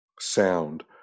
sound